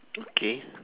okay